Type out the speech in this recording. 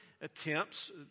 attempts